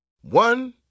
One